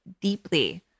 deeply